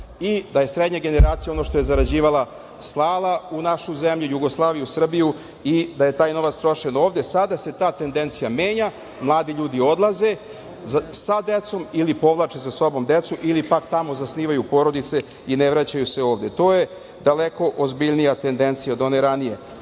i da je srednja generacija ono što je zarađivala slala u našu zemlju Jugoslaviju, Srbiju i da je taj novac trošen ovde sada se ta tendencija menja mladi ljudi odlaze sa decom ili povlače sa sobom decu ili pak tamo zasnivaju porodice i ne vraćaju se ovde, to je daleko ozbiljnija tendencija od one